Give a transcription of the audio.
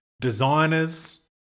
designers